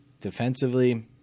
defensively